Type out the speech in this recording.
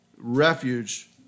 refuge